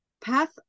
Path